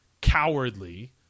cowardly